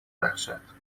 بخشد